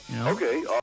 Okay